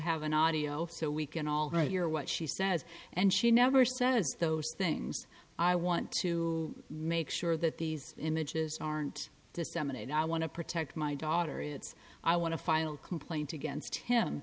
have an audio so we can all right here what she says and she never says those things i want to make sure that these images aren't disseminated i want to protect my daughter it's i want to file complaints against him